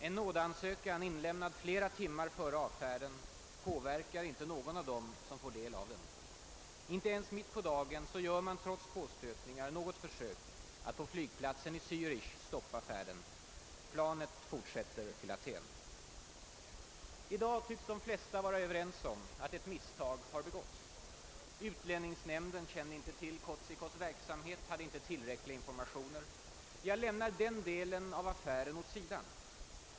En nådeansökan, inlämnad flera timmar före avfärden påverkar inte någon av dem som får del av den. Inte ens mitt på dagen gör man, trots påstötningar, något försök att på flygplatsen i Zärich stoppa färden. Planet fortsätter till Aten. I dag tycks de flesta vara överens om att ett misstag har begåtts. Utlänningsnämnden kände inte till Kotzikos” verksamhet, hade inte tillräckliga in formationer. Jag lämnar den delen av affären åt sidan.